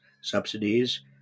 subsidies